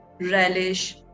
relish